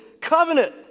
covenant